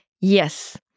Yes